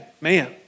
Man